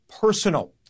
personal